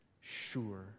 sure